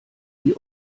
die